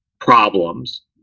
problems